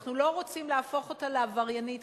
אנחנו לא רוצים להפוך אותה לעבריינית,